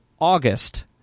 August